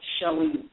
showing